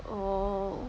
oh